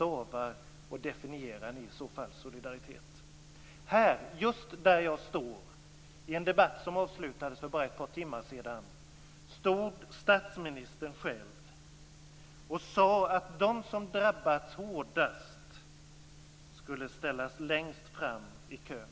Och hur definierar ni i så fall solidaritet? I en debatt som avslutades för bara ett par timmar sedan stod statsministern själv i denna talarstol och sade att de som drabbats hårdast skulle ställas längst fram i kön.